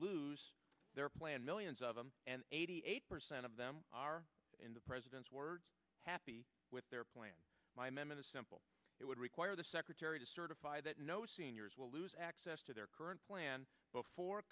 lose their plan millions of them and eighty eight percent of them are in the president's words happy with their plan my memon is simple it would require the secretary to certify no seniors will lose access to their current plan before